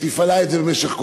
שתפעלה את זה כל השנים?